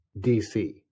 DC